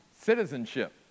citizenship